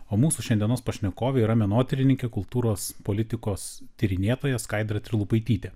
o mūsų šiandienos pašnekovė yra menotyrininkė kultūros politikos tyrinėtoja skaidra trilupaitytė